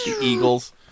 eagles